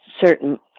certain